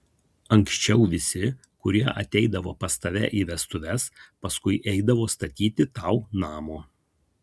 anksčiau visi kurie ateidavo pas tave į vestuves paskui eidavo statyti tau namo